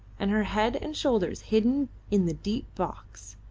and her head and shoulders hidden in the deep box.